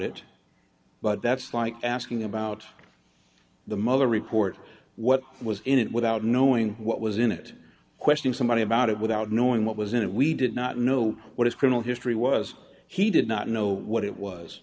it but that's like asking about the mother report what was in it without knowing what was in it question somebody about it without knowing what was in it we did not know what his criminal history was he did not know what it was